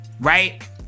right